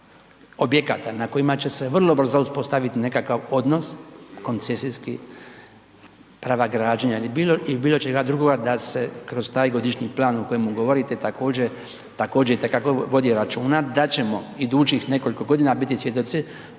na kojima će se vrlo brzo uspostaviti nekakav odnos, koncesijski prava građenja ili bilo čega drugoga da se kroz taj godišnji plan o kojemu govorite, također itekako vodi računa da ćemo idućih nekoliko godina biti svjedoci